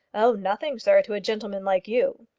oh, nothing, sir, to a gentleman like you.